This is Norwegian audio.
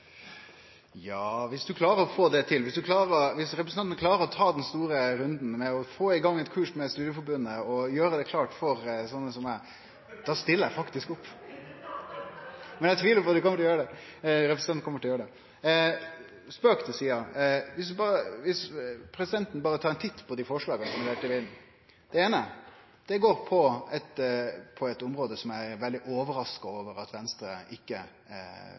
Ja, viss representanten klarer å ta den store runden med å få i gang eit kurs med Studieforbundet og gjere det klart for sånne som meg, stiller eg opp, men eg tviler på om representanten kjem til å gjere det. Men spøk til side. Viss representanten berre vil ta ein titt på forslaga: Det eine dreier seg om eit område som eg er veldig overraska over at Venstre ikkje